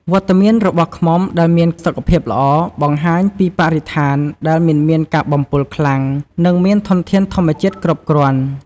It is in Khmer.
វត្តមានរបស់ឃ្មុំដែលមានសុខភាពល្អ បង្ហាញពីបរិស្ថានដែលមិនមានការបំពុលខ្លាំង និងមានធនធានធម្មជាតិគ្រប់គ្រាន់។